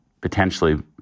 potentially